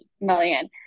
million